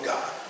God